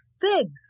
figs